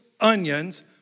onions